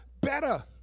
better